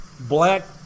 black